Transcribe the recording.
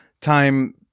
time